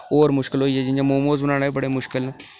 होर मुश्कल होई गेई जि'यां मोमोज बनाने बी बड़े मुश्कल न